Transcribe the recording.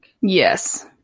Yes